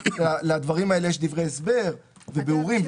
לדברים האלה יש דברי הסבר ובירורים.